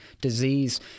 disease